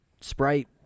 Sprite